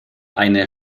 eine